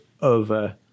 over